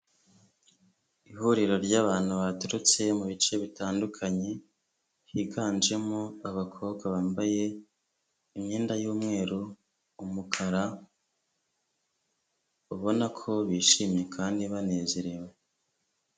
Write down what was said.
Ihuriro ry'abantu baturutse mu bice bitandukanye, higanjemo abakobwa bambaye imyenda y'umweru, umukara ubabona ko bishimye kandi banezerewe.